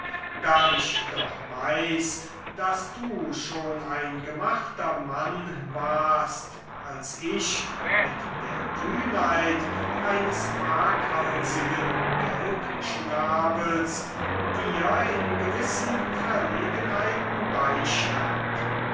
da ich doch weiß daß du schon ein gemachter mann warst als ich mit der kühnheit eines wagehalsigen gelbschnabels dir in gewissen verlegenheiten beistand